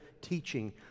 teaching